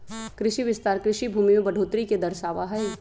कृषि विस्तार कृषि भूमि में बढ़ोतरी के दर्शावा हई